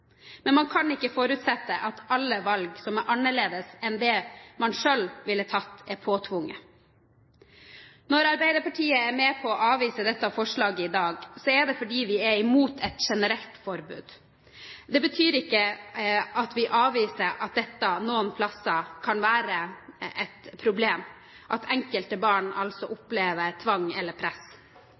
Men man kan ikke forutsette at alle valg som er annerledes enn det man selv ville tatt, er påtvunget. Når Arbeiderpartiet er med på å avvise dette forslaget i dag, er det fordi vi er imot et generelt forbud. Det betyr ikke at vi avviser at det noen steder kan være et problem at enkelte barn opplever tvang eller press.